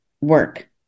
work